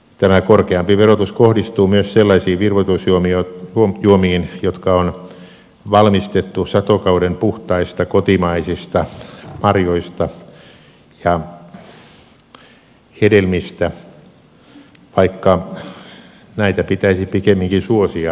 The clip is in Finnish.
tämä korkeampi verotus kohdistuu myös sellaisiin virvoitusjuomiin jotka on valmistettu satokauden puhtaista kotimaisista marjoista ja hedelmistä vaikka näitä pitäisi pikemminkin suosia terveellisenä vaihtoehtona